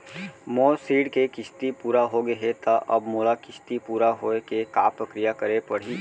मोर ऋण के किस्ती पूरा होगे हे ता अब मोला किस्ती पूरा होए के का प्रक्रिया करे पड़ही?